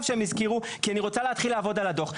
שהם הזכירו כי אני רוצה להתחיל לעבוד על הדוח,